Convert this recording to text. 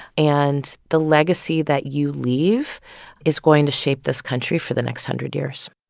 and the legacy that you leave is going to shape this country for the next hundred years